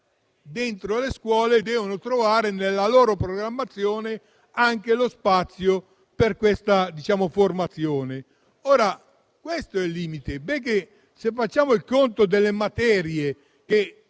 dentro le scuole devono trovare, nella loro programmazione, lo spazio anche per questa formazione. Questo è il limite. Facciamo il conto delle materie che